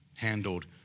Handled